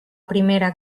primera